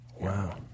Wow